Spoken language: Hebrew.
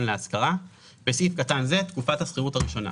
להשכרה (בסעיף קטן זה תקופת השכירות הראשונה).